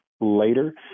later